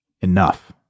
enough